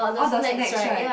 all the snacks right